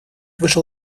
вышел